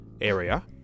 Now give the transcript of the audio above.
area